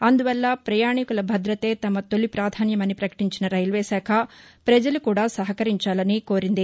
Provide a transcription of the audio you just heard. అందువల్ల ప్రయాణికుల భద్రతే తమ తొలి పాధాన్యమని ప్రపకటించిన రైల్వేశాఖ ప్రజలు కూడా సహకరించాలని కోరింది